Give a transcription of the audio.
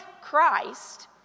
Christ